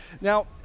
Now